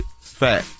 fat